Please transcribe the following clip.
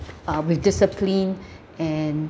uh with discipline and